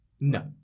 No